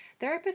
therapists